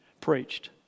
preached